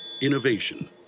Innovation